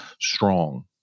strong